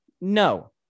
No